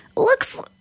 looks